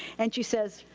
and she says,